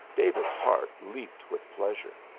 david's heart leaped with pleasure.